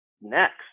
next